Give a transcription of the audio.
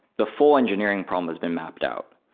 the full engineering problem has been mapped out,